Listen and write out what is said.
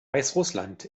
weißrussland